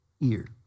ear